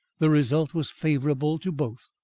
the result was favourable to both.